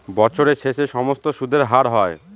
বছরের শেষে সমস্ত সুদের হার হয়